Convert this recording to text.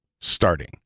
starting